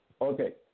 Okay